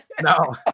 No